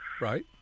Right